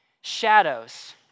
Shadows